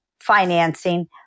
financing